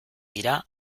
dira